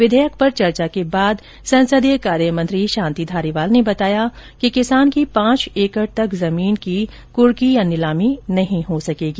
विधेयक पर चर्चा के बाद संसदीय कार्यमंत्री शांति धारीवाल ने बताया कि किसान की पांच एकड़ तक जमीन की कुर्क या नीलामी नहीं हो सकेगी